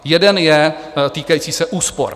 Jeden je týkající se úspor.